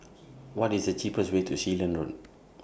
What IS The cheapest Way to Sealand Road